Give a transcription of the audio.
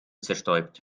zerstäubt